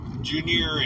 Junior